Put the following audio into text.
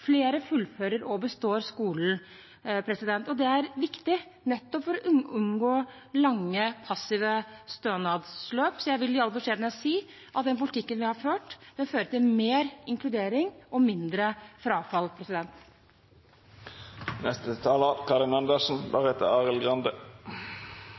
flere fullfører og består skolen, og det er viktig nettopp for å unngå lange, passive stønadsløp. Så jeg vil i all beskjedenhet si at den politikken vi har ført, vil føre til mer inkludering og mindre frafall. Tallene viser at færre funksjonshemmede er i jobb nå enn for noen år siden. Da